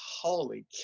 holy